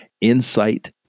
Insight